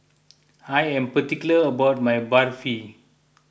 I am particular about my Barfi